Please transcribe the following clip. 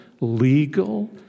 legal